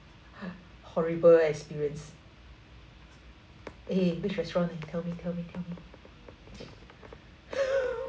horrible experience eh which restaurant leh tell me tell me tell me